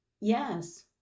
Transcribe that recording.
yes